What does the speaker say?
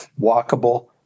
walkable